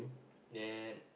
then